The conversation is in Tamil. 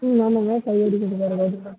ம் ஆமாம்ங்க காய்கறி கடைக்காரர் பேசுகிறேன்